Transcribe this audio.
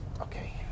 Okay